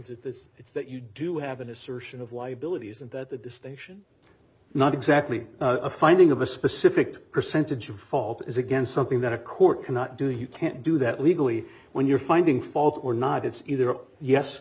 it that it's that you do have an assertion of liabilities and that the distinction not exactly a finding of a specific percentage of fault is again something that a court cannot do you can't do that legally when you're finding fault or not it's either a yes